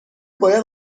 باید